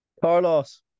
Carlos